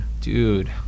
dude